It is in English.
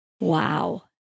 Wow